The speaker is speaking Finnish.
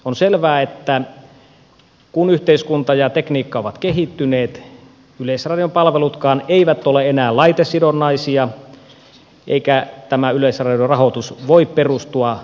on selvää että kun yhteiskunta ja tekniikka ovat kehittyneet yleisradion palvelutkaan eivät ole enää laitesidonnaisia eikä tämä yleisradio rahoitus voi perustua laitesidonnaiseen maksuun